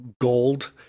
gold